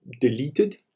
deleted